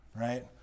Right